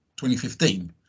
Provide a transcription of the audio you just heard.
2015